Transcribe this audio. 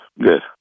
Good